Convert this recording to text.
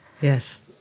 yes